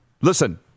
Listen